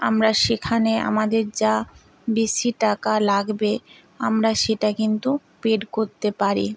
আমরা সেখানে আমাদের যা বেশি টাকা লাগবে আমরা সেটা কিন্তু পেড করতে পারি